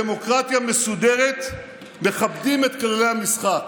בדמוקרטיה מסודרת מכבדים את כללי המשחק.